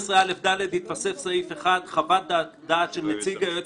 12א(1)(ד) תתווסף פסקה (1): "חוות דעת של נציג היועץ